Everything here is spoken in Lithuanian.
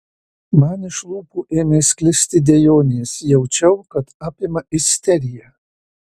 man iš lūpų ėmė sklisti dejonės jaučiau kad apima isterija